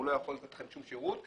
הוא לא יכול לתת לכם שום שירות,